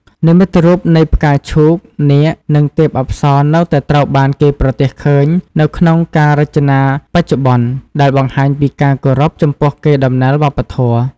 និមិត្តរូបនៃផ្កាឈូក នាគ និងទេពអប្សរនៅតែត្រូវបានគេប្រទះឃើញនៅក្នុងការរចនាបច្ចុប្បន្ន ដែលបង្ហាញពីការគោរពចំពោះកេរដំណែលវប្បធម៌។